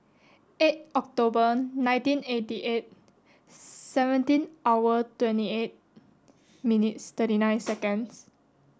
eight October nineteen eighty eight seventeen hour twenty eight minutes thirty nine seconds